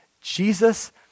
Jesus